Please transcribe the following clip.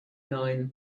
nine